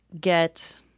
get